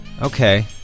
Okay